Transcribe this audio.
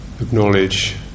acknowledge